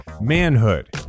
Manhood